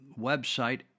website